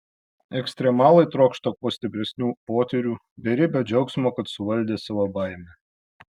ekstremalai trokšta kuo stipresnių potyrių beribio džiaugsmo kad suvaldė savo baimę